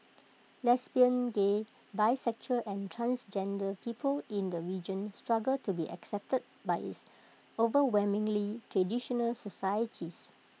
lesbian gay bisexual and transgender people in the region struggle to be accepted by its overwhelmingly traditional societies